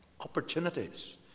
Opportunities